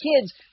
kids